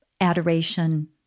adoration